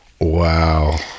Wow